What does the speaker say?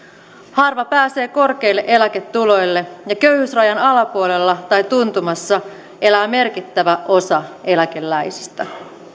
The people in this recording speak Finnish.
harva pääsee korkeille eläketuloille ja köyhyysrajan alapuolella tai tuntumassa elää merkittävä osa eläkeläisistä